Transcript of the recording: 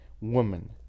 women